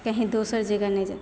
कही दोसर जगह नहि